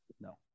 no